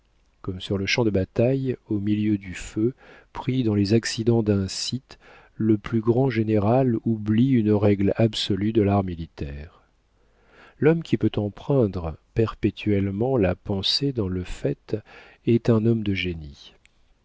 comme sur le champ de bataille au milieu du feu pris par les accidents d'un site le plus grand général oublie une règle absolue de l'art militaire l'homme qui peut empreindre perpétuellement la pensée dans le fait est un homme de génie